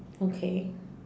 okay